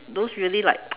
those really like